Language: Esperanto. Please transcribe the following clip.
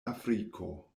afriko